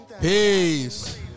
Peace